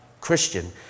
Christian